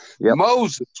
Moses